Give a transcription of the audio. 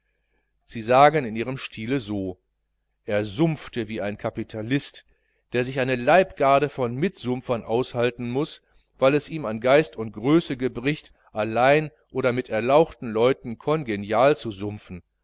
sie sagen in ihrem stile so er sumpfte wie ein kapitalist der sich eine leibgarde von mitsumpfern aushalten muß weil es ihm an geist und größe gebricht allein oder mit erlauchten leuten congenial zu sumpfen